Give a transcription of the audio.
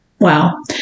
Wow